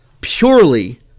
purely